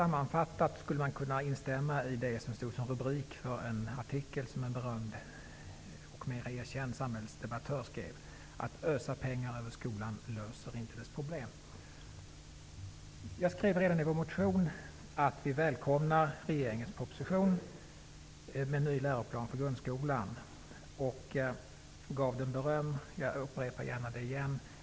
Man skulle kunna instämma i det som stod som rubrik för en artikel som en berömd och mera erkänd samhällsdebattör skrev, nämligen att ösa pengar över skolan löser inte dess problem. Redan i vår motion skrev jag att vi välkomnar regeringens proposition om ny läroplan för grundskolan. Jag gav den beröm som jag gärna upprepar.